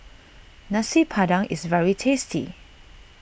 Nasi Padang is very tasty